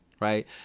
right